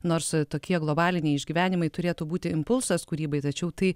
nors tokie globaliniai išgyvenimai turėtų būti impulsas kūrybai tačiau tai